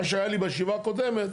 מה שהיה לי בישיבה הקודמת,